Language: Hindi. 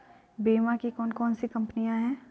बीमा की कौन कौन सी कंपनियाँ हैं?